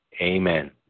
Amen